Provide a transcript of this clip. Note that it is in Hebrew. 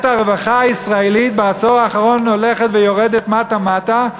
הרווחה הישראלית בעשור אחרון הולכת ויורדת מטה מטה,